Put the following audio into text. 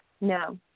No